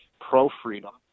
pro-freedom